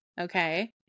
Okay